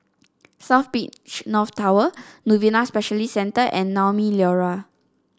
South Beach North Tower Novena Specialist Centre and Naumi Liora